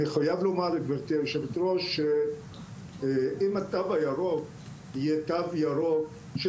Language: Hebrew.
אני חייב לומר גברתי יושבת הראש שאם התו הירוק יהיה תו ירוק של